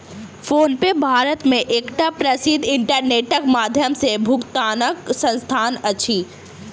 PhonePe Bharat मे एकटा प्रसिद्ध इंटरनेटक माध्यम सॅ भुगतानक संस्थान अछि